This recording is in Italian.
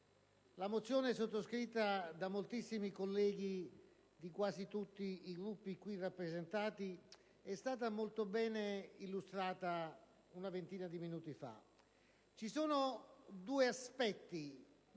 la mozione sottoscritta da moltissimi colleghi di quasi tutti i Gruppi qui rappresentati è stata bene illustrata poco fa. Ci sono due aspetti